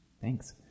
Thanks